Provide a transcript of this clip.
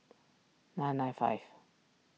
nine nine five